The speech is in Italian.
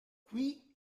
qui